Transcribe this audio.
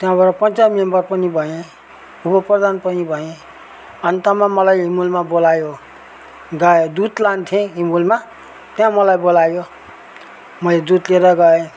त्यहाँबाट पञ्चायत मेम्बर पनि भएँ उप प्रधान पनि भएँ अन्तमा मलाई इङ्गुलमा बोलायो दुध लान्थेँ इङ्गुलमा त्यहाँ मलाई बोलायो मैले दुध लिएर गएँ